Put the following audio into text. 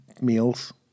meals